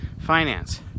finance